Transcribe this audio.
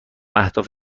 اهداف